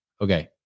Okay